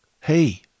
hey